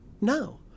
No